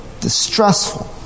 distressful